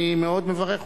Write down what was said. אני מאוד מברך אותך.